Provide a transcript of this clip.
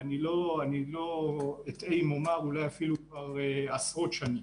לא אטעה אם אומר אולי אפילו כבר עשרות שנים.